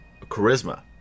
Charisma